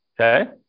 Okay